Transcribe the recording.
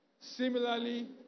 Similarly